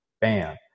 Bam